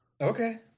Okay